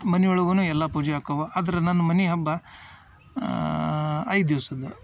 ಮನೆ ಒಳಗೂ ಎಲ್ಲಾ ಪೂಜೆ ಆಕ್ಕವಾ ಆದರೆ ನನ್ನ ಮನೆ ಹಬ್ಬ ಐದು ದಿವ್ಸದ್ದು